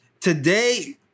today